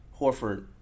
Horford